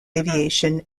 aviation